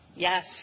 Yes